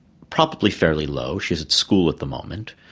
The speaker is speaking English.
probably fairly low. she's at school at the moment.